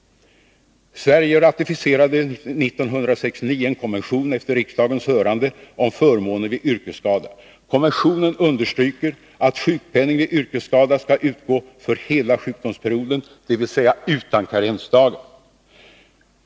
Sverige ratificerade 1969 efter riksdagens hörande en konvention om förmåner vid yrkesskada. Konventionen understryker att sjukpenning vid yrkesskada skall utgå för hela sjukdomstiden, dvs. utan karensdagar.